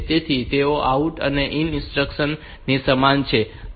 તેથી તેઓ આ આઉટ અને ઈન ઇન્સ્ટ્રક્શન્સ ની સમાન છે